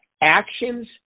actions